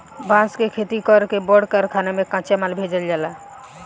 बांस के खेती कर के बड़ कारखाना में कच्चा माल भेजल जाला